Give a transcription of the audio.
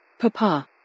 Papa